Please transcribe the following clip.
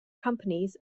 companies